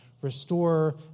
restore